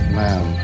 man